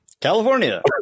California